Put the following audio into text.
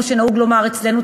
כמו שנהוג לומר אצלנו,